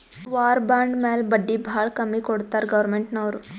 war bond ಮ್ಯಾಲ ಬಡ್ಡಿ ಭಾಳ ಕಮ್ಮಿ ಕೊಡ್ತಾರ್ ಗೌರ್ಮೆಂಟ್ನವ್ರು